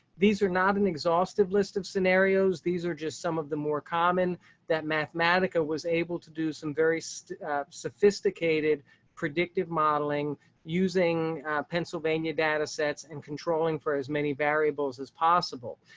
these are not an exhaustive list of scenarios. these are just some of the more common that mathematica was able to do some very matt stem sophisticated predictive modeling using pennsylvania data sets and controlling for as many variables as possible.